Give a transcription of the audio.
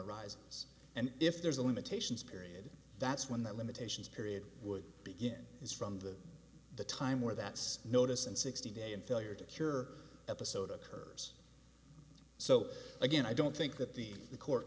arises and if there's a limitations period that's when the limitations period would begin is from the the time where that's notice and sixty day and failure to cure episode occurs so again i don't think that the court